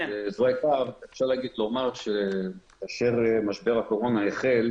אני יכול לומר לכם שנעשו אלפי פניות בהקשר הזה.